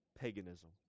paganism